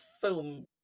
film